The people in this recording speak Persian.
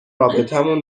رابطمون